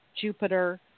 Jupiter